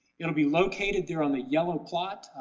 it will be located there on the yellow plot,